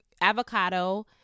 avocado